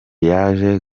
yaje